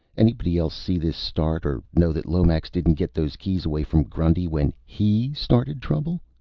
anybody else see this start, or know that lomax didn't get those keys away from grundy, when he started trouble?